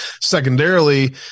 Secondarily